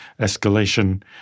escalation